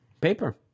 Paper